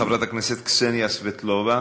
חברת הכנסת קסניה סבטלובה,